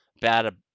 bad